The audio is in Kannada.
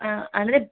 ಹಾಂ ಅಂದರೆ